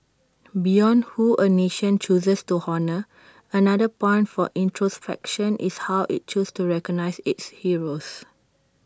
beyond who A nation chooses to honour another point for introspection is how IT chooses to recognise its heroes